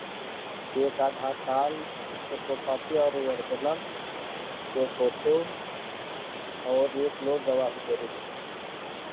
एक आधार काल कि photocopy और ओरिजनल दो फोटो और एक लोग गवाही के लिए